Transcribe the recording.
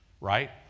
right